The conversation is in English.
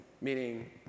Meaning